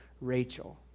Rachel